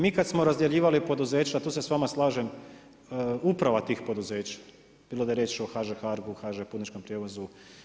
Mi kad smo razdjeljivali poduzeća, tu se s vama slažem, uprava tih poduzeća, bilo je bilo riječ o HŽ hargu, HŽ putničkom prijevozu.